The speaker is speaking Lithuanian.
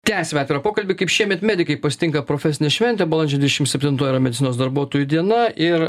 tęsiam atvirą pokalbį kaip šiemet medikai pasitinka profesinę šventę balandžio dvidešimt septintoji yra medicinos darbuotojų diena ir